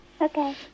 Okay